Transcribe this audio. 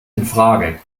infrage